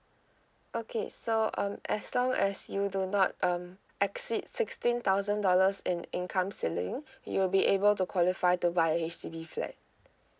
okay so um as long as you do not um exceed sixteen thousand dollars in income ceiling you'll be able to qualify to buy a H_D_B flat